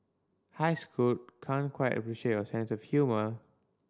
hi Scoot can't quite appreciate your sense of humour